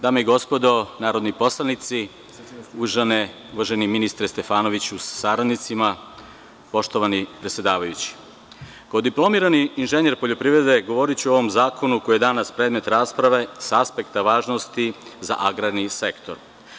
Dame i gospodo narodni poslanici, uvaženi ministre Stefanoviću sa saradnicima, poštovani predsedavajući, kao diplomirani inženjer poljoprivrede govoriću o ovom zakonu koji je danas predmet rasprave sa aspekta važnosti za agrarni sektor.